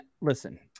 listen